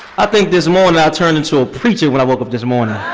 i think this morning i turned into a preacher when i woke up this morning. i